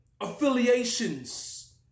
affiliations